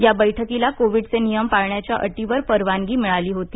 या बैठकीला कोविडचे नियम पाळण्याच्या अटीवर परवानगी मिळाली होती